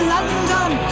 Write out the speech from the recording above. London